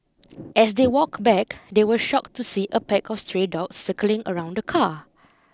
as they walked back they were shock to see a pack of stray dogs circling around the car